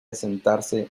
asentarse